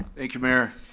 thank you mayor.